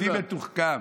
עובדים מתוחכם.